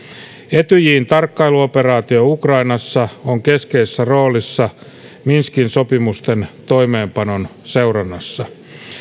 etyjin tarkkailuoperaatio ukrainassa on keskeisessä roolissa minskin sopimusten toimeenpanon seurannassa